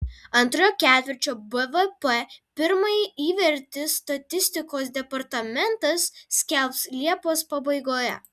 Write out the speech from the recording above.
antrojo ketvirčio bvp pirmąjį įvertį statistikos departamentas skelbs liepos pabaigoje